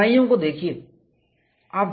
कठिनाइयों को देखिए